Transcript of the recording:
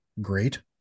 great